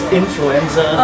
influenza